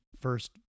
first